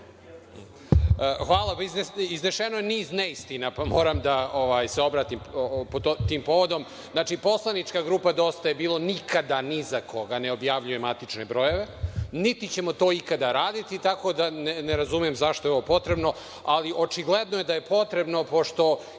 Hvala. Izneseno je niz neistina, pa moram da se obratim tim povodom. Znači, poslanička grupa DJB nikada ni za koga ne objavljuje matične brojeve, niti ćemo to ikada raditi, tako da ne razumem zašto je ovo potrebno. Ali, očigledno je da je potrebno, pošto